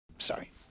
Sorry